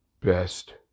best